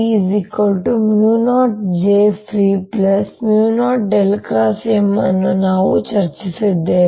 ಈಗ ಈ B0jfree0M ಅನ್ನು ನಾವು ಈಗ ಚರ್ಚಿಸಿದ್ದೇವೆ